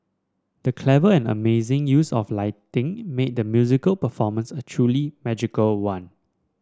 the clever and amazing use of lighting made the musical performance a truly magical one